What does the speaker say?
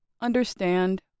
understand